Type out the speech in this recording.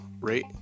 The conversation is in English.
rate